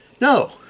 No